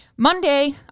Monday